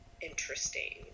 interesting